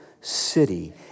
city